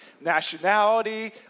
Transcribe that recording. nationality